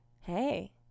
hey